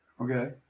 Okay